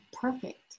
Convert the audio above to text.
perfect